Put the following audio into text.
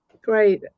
great